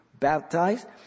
baptized